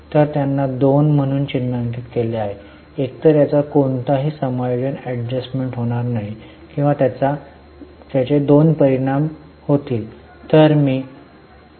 तर त्यांना 2 म्हणून चिन्हांकित केले आहे एकतर याचा कोणताही समायोजन एडजस्टमेंट होणार नाही किंवा त्याचा दोन परिणाम होईल